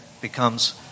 becomes